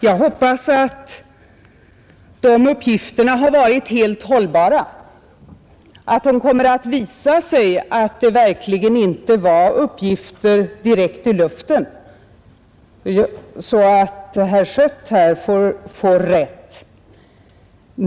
Jag hoppas att de uppgifterna skall vara hållbara, att det inte kommer att visa sig att uppgifterna tagits direkt ur luften, så att herr Schött får rätt.